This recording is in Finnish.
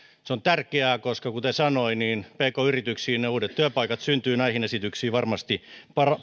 se on tärkeää koska kuten sanoin pk yrityksiin ne uudet työpaikat syntyvät näihin esityksiin varmasti